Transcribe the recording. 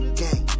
gang